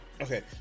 okay